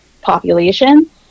population